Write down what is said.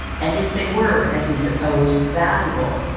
and if they were, as he supposed, valuable,